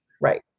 right